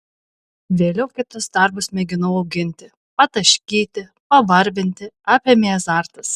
vėliau kitus darbus mėginau auginti pataškyti pavarvinti apėmė azartas